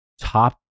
top